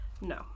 No